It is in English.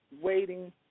waiting